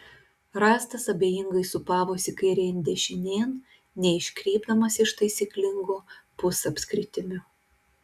rąstas abejingai sūpavosi kairėn dešinėn neiškrypdamas iš taisyklingo pusapskritimio